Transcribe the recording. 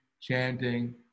chanting